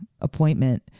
appointment